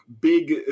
big